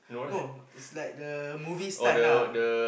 no it's like the movie stunt lah